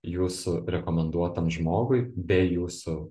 jūsų rekomenduotam žmogui be jūsų